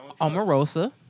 Omarosa